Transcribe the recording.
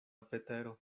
vetero